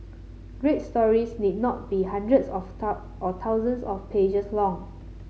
great stories need not be hundreds of or thousands of pages long